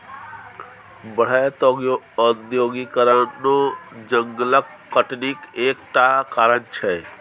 बढ़ैत औद्योगीकरणो जंगलक कटनीक एक टा कारण छै